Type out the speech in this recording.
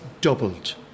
doubled